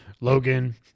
Logan